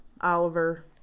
Oliver